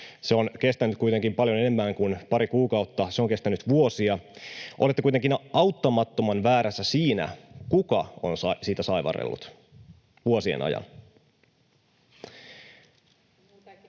Se on kestänyt kuitenkin paljon enemmän kuin pari kuukautta. Se on kestänyt vuosia. Olette kuitenkin auttamattoman väärässä siinä, kuka on siitä saivarrellut vuosien ajan.